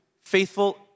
faithful